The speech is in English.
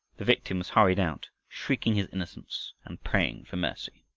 the victim was hurried out, shrieking his innocence, and praying for mercy.